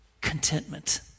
contentment